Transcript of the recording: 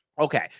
okay